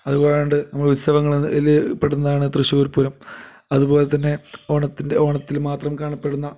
അതു കൂടാണ്ട് നമ്മൾ ഉത്സവങ്ങളിൽ പെടുന്നതാണ് തൃശ്ശൂർ പൂരം അതുപോലെത്തന്നെ ഓണത്തിൻ്റെ ഓണത്തിൽ മാത്രം കാണപ്പെടുന്ന